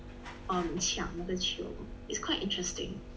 um 抢那个球 it's quite interesting